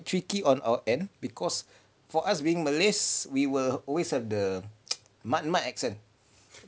tricky on our end because for us being malays we will always have the mat-mat accent